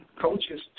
Coaches